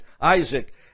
Isaac